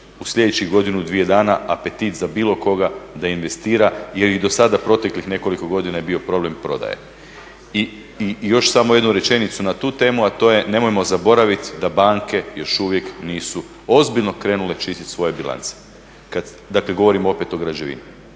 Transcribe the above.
u sljedećih godinu, dvije dana apetit za bilo koga da investira jer i do sada proteklih nekoliko godina je bio problem prodaje. I još samo jednu rečenicu na tu temu, a to je nemojmo zaboravit da banke još uvijek nisu ozbiljno krenule čistiti svoje bilance kad, dakle opet govorim o građevini.